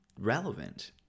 relevant